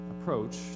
approach